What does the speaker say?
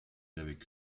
avec